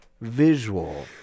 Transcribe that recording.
visual